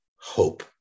hope